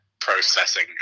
processing